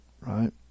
right